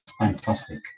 fantastic